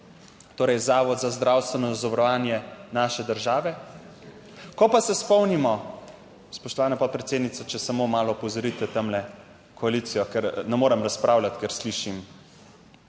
torej Zavod za zdravstveno zavarovanje naše države. Ko pa se spomnimo, spoštovana podpredsednica, če samo malo opozorite tamle koalicijo, ker ne morem razpravljati, ker slišim